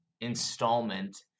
installment